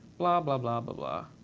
blah, blah, blah, but blah.